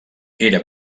era